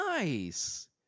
Nice